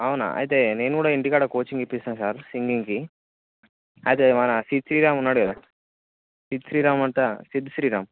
అవునా అయితే నేను కూడా ఇంటికాడ కోచింగ్ ఇప్పిస్తాను సార్ సింగింగ్కి అయితే మన సిద్ శ్రీరామ్ ఉన్నాడు కదా సిద్ శ్రీరామ్ అంటే సిద్ శ్రీరామ్